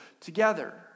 together